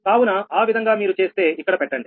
కావున ఆవిధంగా మీరు చేస్తే ఇక్కడ పెట్టండి